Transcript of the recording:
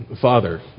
father